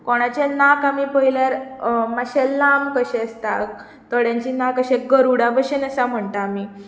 कोणाचें नाक आमी पळयल्यार मातशें लांब कशें आसता थोड्यांचें नाक अशें गरूडा भशेन आसा म्हणटा आमी